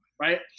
right